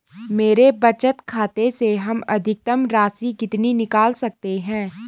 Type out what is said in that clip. मेरे बचत खाते से हम अधिकतम राशि कितनी निकाल सकते हैं?